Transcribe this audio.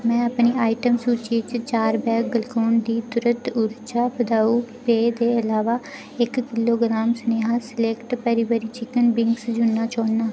में अपनी आइटम सूची च चार बैग ग्लूकान डी तुर्त ऊर्जा बधाऊ पेय दे अलावा एक्क किलोग्राम सनेहा select peri peri chicken wing जुड़ना चाह्न्नां